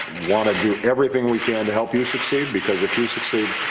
want to do everything we can to help you succeed, because if you succeed,